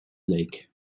lake